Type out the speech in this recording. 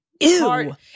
Ew